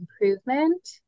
improvement